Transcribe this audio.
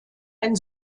ein